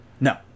No